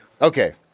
Okay